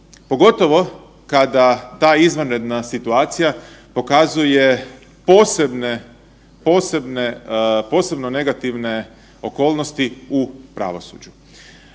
Pogotovo kada ta izvanredna situacija pokazuje posebne, posebne, posebno negativne okolnosti u pravosuđu.